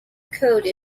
code